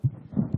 שלוש דקות, גברתי.